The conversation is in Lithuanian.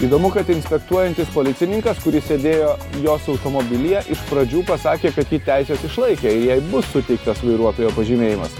įdomu kad inspektuojantis policininkas kuris sėdėjo jos automobilyje iš pradžių pasakė kad ji teises išlaikė ir jai bus suteiktas vairuotojo pažymėjimas